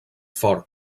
fort